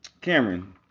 Cameron